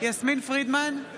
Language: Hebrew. יסמין פרידמן,